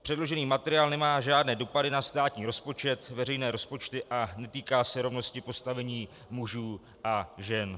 Předložený materiál nemá žádné dopady na státní rozpočet, veřejné rozpočty a netýká se rovnosti postavení mužů a žen.